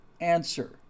answer